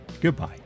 goodbye